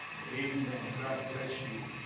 a man, god bless you